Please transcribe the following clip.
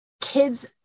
kids